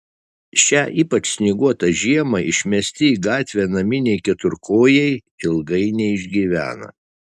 šią ypač snieguotą žiemą išmesti į gatvę naminiai keturkojai ilgai neišgyvena